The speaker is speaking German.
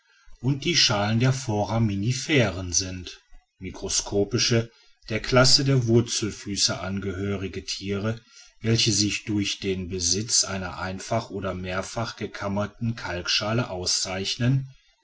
und die schalen der foraminiferen mikroskopische der klasse der wurzelfüßer angehörigen tiere welche sich durch den besitz einer einfach oder mehrfach gekammerten kalkschale auszeichnen